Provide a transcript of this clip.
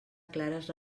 clares